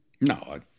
No